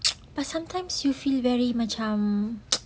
but sometimes you feel very macam